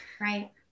right